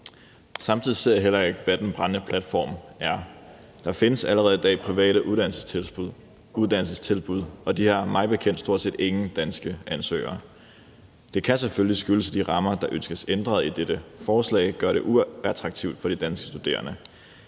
Samtidig ser jeg heller ikke, hvad den brændende platform er. Der findes allerede i dag private uddannelsestilbud, og de har mig bekendt stort set ingen danske ansøgere. Det kan selvfølgelig skyldes, at de rammer, der er, og som med dette forslag ønskes ændret, gør det uattraktivt for de danske studerende.